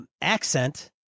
Accent